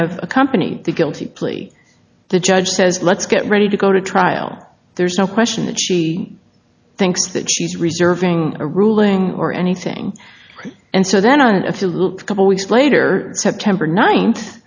have accompany the guilty plea the judge says let's get ready to go to trial there's no question that she thinks that she's reserving a ruling or anything and so then if you look couple weeks later september ninth